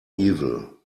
evil